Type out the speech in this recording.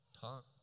talk